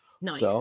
Nice